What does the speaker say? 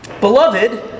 Beloved